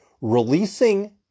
releasing